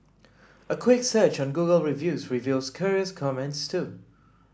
a quick search on Google Reviews reveals curious comments too